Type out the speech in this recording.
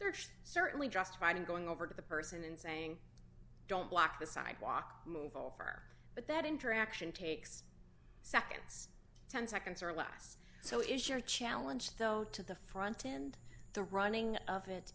are certainly justified in going over to the person and saying don't block the sidewalk move over but that interaction takes seconds ten seconds or less so is your challenge though to the front end the running of it